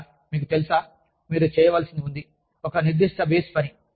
లేదా మీకు తెలుసా మీరు చేయవలసి ఉంది ఒక నిర్దిష్ట బేస్ పని